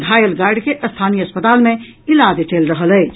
घायल गार्ड के स्थानीय अस्पताल मे इलाज चलि रहल अछि